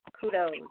kudos